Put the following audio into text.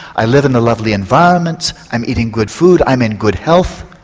i live in a lovely environment, i'm eating good food, i'm in good health.